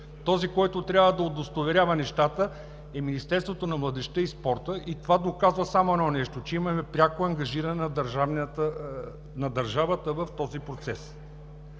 този, който трябва да удостоверява нещата, е Министерството на младежта и спорта. Това доказва само едно нещо – имаме пряко ангажиране на държавата в този процес.